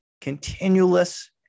continuous